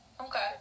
Okay